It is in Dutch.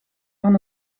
van